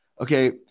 Okay